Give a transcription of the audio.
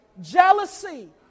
jealousy